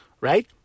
Right